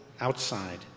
outside